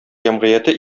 җәмгыяте